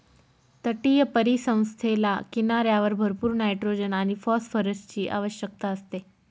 तटीय परिसंस्थेला किनाऱ्यावर भरपूर नायट्रोजन आणि फॉस्फरसची आवश्यकता असते